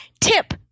Tip